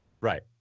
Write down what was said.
Right